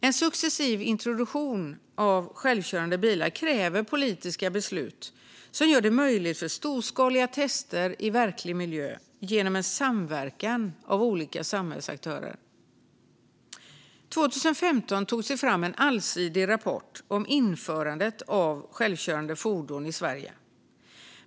En successiv introduktion av självkörande bilar kräver politiska beslut som gör det möjligt att utföra storskaliga tester i verklig miljö genom en samverkan av olika samhällsaktörer. År 2015 togs en allsidig rapport fram om införandet av självkörande fordon i Sverige.